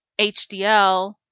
HDL